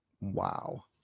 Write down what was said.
Wow